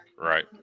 Right